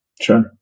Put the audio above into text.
Sure